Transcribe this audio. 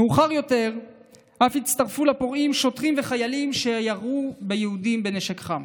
מאוחר יותר אף הצטרפו לפורעים שוטרים וחיילים וירו ביהודים בנשק חם.